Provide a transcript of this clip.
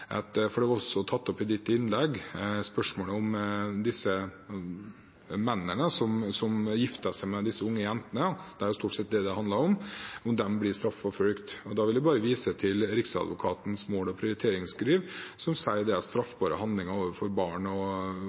for det ble også tatt opp i ditt innlegg – spørsmålet om hvorvidt de mennene som gifter seg med disse unge jentene, det er stort sett det det handler om, blir straffeforfulgt. Da vil jeg bare vise til Riksadvokatens mål- og prioriteringsrundskriv, der det står at straffbare handlinger overfor barn